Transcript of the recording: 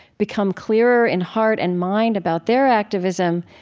become clearer in heart and mind about their activism,